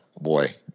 Boy